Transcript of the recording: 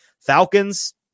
Falcons